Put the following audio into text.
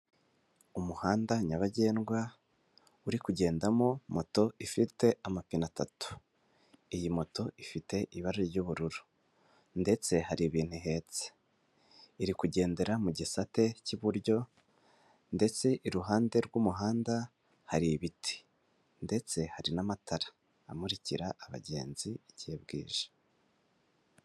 Umuhanda nyabagendwa, urikugendamo moto ifite amapine atatu. Iyi moto ifite ibara ry'ubururu ndetse hari ibintu ihetse. Iri kugendera mu gisate cy'iburyo ndetse iruhande rw'umuhanda hari ibiti ndetse hari n'amatara amurikira abagenzi igihe bwije.